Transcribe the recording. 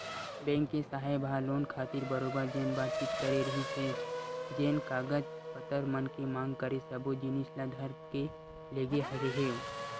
bank के साहेब ह लोन खातिर बरोबर जेन बातचीत करे रिहिस हे जेन कागज पतर मन के मांग करे सब्बो जिनिस ल धर के लेगे रेहेंव